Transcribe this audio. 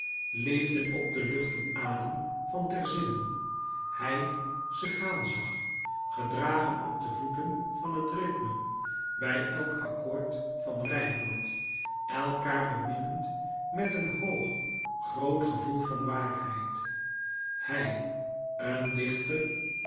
leefden op den luchten adem van terzinen hij ze gaan zag gedragen op de voeten van het rythme bij elk akkoord van rijmwoord elkaâr beminnend met een hoog groot gevoel van waarheid hij een dichter